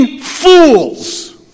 fools